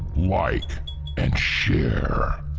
like and share.